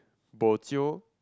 bojio